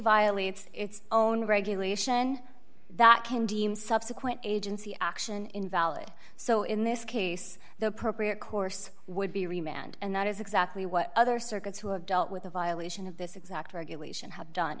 violates its own regulation that can deem subsequent agency action invalid so in this case the appropriate course would be remanded and that is exactly what other circuits who have dealt with a violation of this exact regulation have done